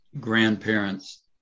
grandparents